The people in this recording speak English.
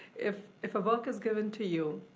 if if work is given to you,